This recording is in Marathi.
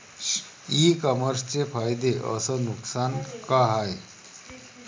इ कामर्सचे फायदे अस नुकसान का हाये